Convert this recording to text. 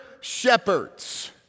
shepherds